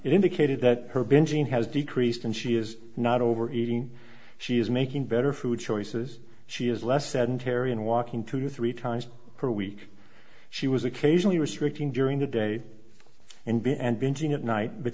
indicated that her bingeing has decreased and she is not over eating she is making better food choices she is less sedentary and walking to three times per week she was occasionally restricting during the day and b and bingeing at night but